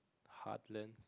harden